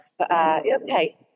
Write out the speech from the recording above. okay